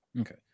Okay